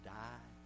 die